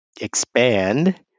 expand